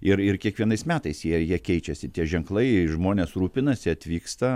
ir ir kiekvienais metais jie jie keičiasi tie ženklai žmonės rūpinasi atvyksta